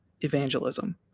evangelism